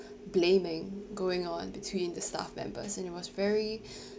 blaming going on between the staff members and it was very